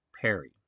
Perry